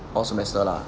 orh long semester lah